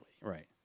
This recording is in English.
Right